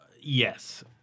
Yes